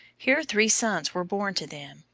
here three sons were born to them,